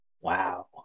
Wow